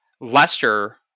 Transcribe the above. Leicester